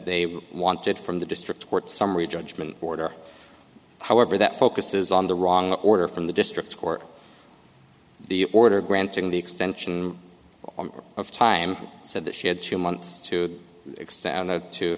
they wanted from the district court summary judgment order however that focuses on the wrong order from the district court the order granting the extension of time said that she had two months to